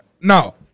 no